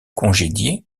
congédier